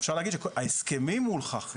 אפשר להגיד שההסכמים מול חח"י,